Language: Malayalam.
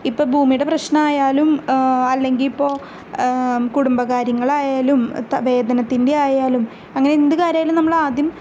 ഇപ്പം ഭൂമിയുടെ പ്രശ്നമായാലും അല്ലെങ്കിൽ ഇപ്പോൾ കുടുംബ കാര്യങ്ങളായാലും വേധനത്തിൻ്റെ ആയാലും അങ്ങനെന്ത് കാര്യമായാലും നമ്മളാദ്യം